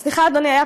סליחה, אדוני.